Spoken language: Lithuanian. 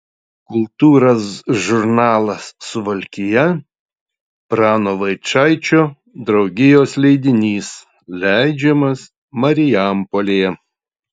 kultūros žurnalas suvalkija prano vaičaičio draugijos leidinys leidžiamas marijampolėje